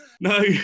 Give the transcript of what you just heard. No